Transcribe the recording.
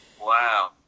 Wow